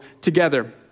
together